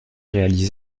réalisés